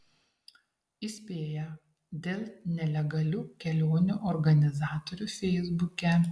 įspėja dėl nelegalių kelionių organizatorių feisbuke